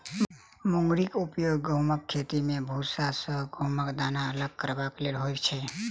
मुंगरीक उपयोग गहुमक खेती मे भूसा सॅ गहुमक दाना अलग करबाक लेल होइत छै